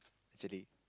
actually